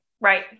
Right